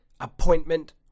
appointment